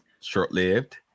short-lived